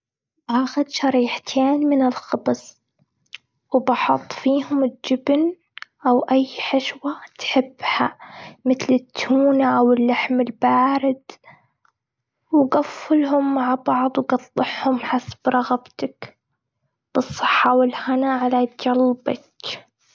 باخذ شريحتين من الخبز. وبحط فيهم الجبن أو أي حشوة تحبها، مثل: التونة واللحم البارد. وقفلهم مع بعض، وقطعهم حسب رغبتك. بالصحة والهنا على قلبك.